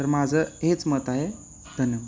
तर माझं हेच मत आहे धन्यवाद